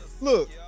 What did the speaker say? look